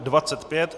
25.